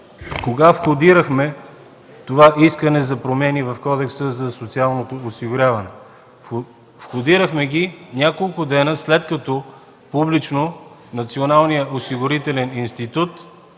кога входирахме това искане за промени в Кодекса за социалното осигуряване. Входирахме го няколко дни след като публично Националният осигурителен институт